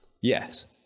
Yes